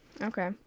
Okay